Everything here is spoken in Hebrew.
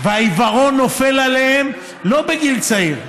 והעיוורון נופל עליהם לא בגיל צעיר.